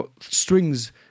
strings